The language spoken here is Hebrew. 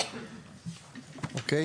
אוקיי.